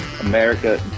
America